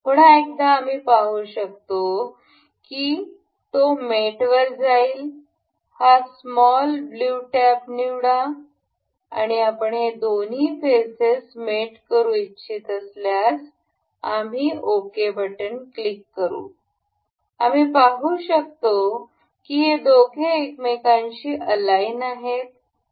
पुन्हा एकदा आम्ही पाहू शकतो की तो मेटवर जाईल हा स्मॉल ब्ल्यू टॅब निवडा आणि आपण हे दोन्ही फेसेस मेट करू इच्छित असल्यास आम्ही ओके बटन क्लिक करू आम्ही पाहू शकतो की हे दोघे एकमेकांशी अलाईन आहेत